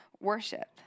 worship